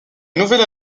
nouvelle